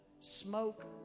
smoke